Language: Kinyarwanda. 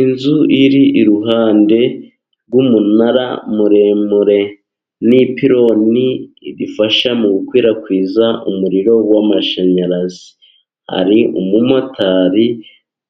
Inzu iri iruhande rw'umunara muremure n'ipironi bifasha mu gukwirakwiza umuriro w'amashanyarazi, hari umumotari